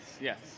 yes